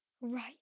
Right